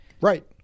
Right